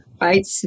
right